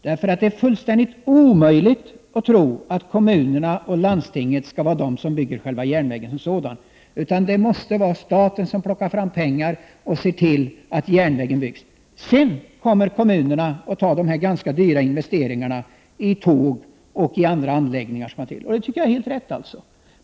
Det är fullständigt omöjligt att tro att kommunerna och landstinget skall bygga järnvägen som sådan. Det måste vara staten som anslår pengar och ser till att järnvägen byggs. Därefter kommer kommunerna att stå för de dyra investeringarna i tåg och de anläggningar som hör till, vilket är helt riktigt.